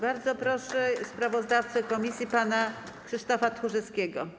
Bardzo proszę sprawozdawcę komisji pana posła Krzysztofa Tchórzewskiego.